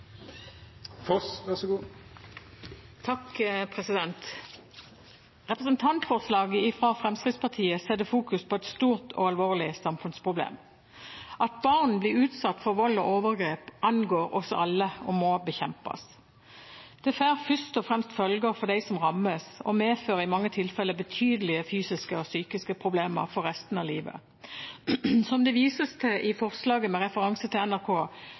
Representantforslaget fra Fremskrittspartiet setter fokus på et stort og alvorlig samfunnsproblem. At barn blir utsatt for vold og overgrep, angår oss alle og må bekjempes. Det får først og fremst følger for dem som rammes, og medfører i mange tilfeller betydelige fysiske og psykiske problemer for resten av livet. Som det vises til i forslaget, med referanse til